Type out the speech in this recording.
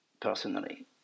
personally